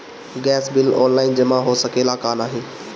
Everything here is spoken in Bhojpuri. गैस बिल ऑनलाइन जमा हो सकेला का नाहीं?